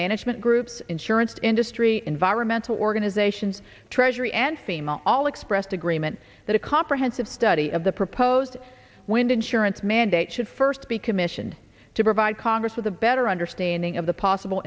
management groups insurance industry environmental organizations treasury and female all expressed agreement that a comprehensive study of the proposed wind insurance mandate should first be commissioned to provide congress with a better understanding of the possible